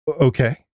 Okay